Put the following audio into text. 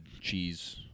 cheese